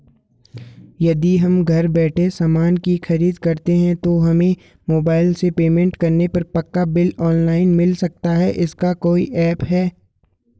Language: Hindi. यदि हम घर बैठे सामान की खरीद करते हैं तो हमें मोबाइल से पेमेंट करने पर पक्का बिल ऑनलाइन मिल सकता है इसका कोई ऐप है